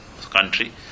country